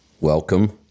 Welcome